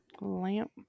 Lamp